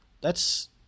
thats